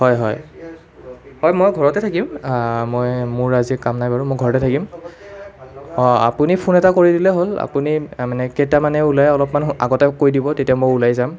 হয় হয় হয় মই ঘৰতে থাকিম মই মোৰ আজি কাম নাই বাৰু মই ঘৰতে থাকিম অঁ আপুনি ফোন এটা কৰি দিলেই হ'ল আপুনি মানে কেইটামানে ওলায় অলপমান আগতে কৈ দিব তেতিয়া মই ওলাই যাম